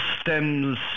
stems